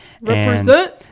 Represent